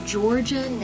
Georgia